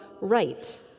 right